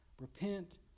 Repent